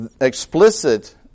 explicit